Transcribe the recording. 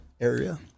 area